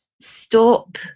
stop